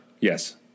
Yes